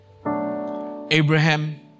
Abraham